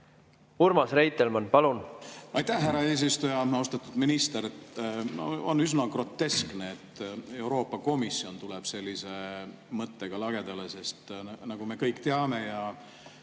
Urmas Reitelmann, palun! Aitäh, härra eesistuja! Austatud minister! On üsna groteskne, et Euroopa Komisjon tuleb sellise mõttega lagedale, sest nagu me kõik teame, sajad